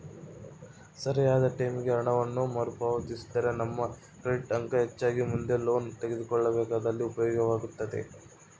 ಸರಿಯಾದ ಟೈಮಿಗೆ ಹಣವನ್ನು ಮರುಪಾವತಿಸಿದ್ರ ನಮ್ಮ ಕ್ರೆಡಿಟ್ ಅಂಕ ಹೆಚ್ಚಾಗಿ ಮುಂದೆ ಲೋನ್ ತೆಗೆದುಕೊಳ್ಳಬೇಕಾದಲ್ಲಿ ಉಪಯೋಗವಾಗುತ್ತದೆ